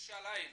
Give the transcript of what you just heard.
ירושלים 16%,